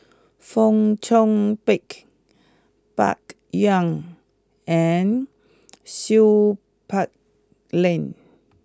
Fong Chong Pik Bai Yan and Seow Peck Leng